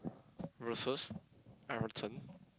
versus Everton